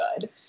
good